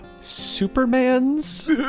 Superman's